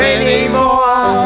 anymore